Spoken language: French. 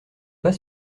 pas